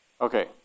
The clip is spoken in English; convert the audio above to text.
Okay